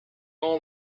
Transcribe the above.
all